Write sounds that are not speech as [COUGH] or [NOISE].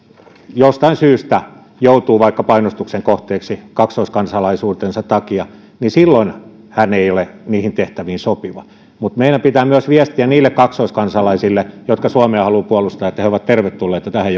jostain syystä joutuu vaikka painostuksen kohteeksi kaksoiskansalaisuutensa takia niin silloin hän ei ole niihin tehtäviin sopiva meidän pitää viestiä myös niille kaksoiskansalaisille jotka suomea haluavat puolustaa että he ovat tervetulleita tähän [UNINTELLIGIBLE]